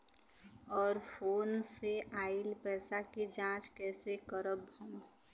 और फोन से आईल पैसा के जांच कैसे करब हम?